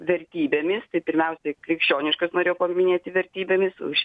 vertybėmis tai pirmiausiai krikščioniškas norėjau paminėti vertybėmis už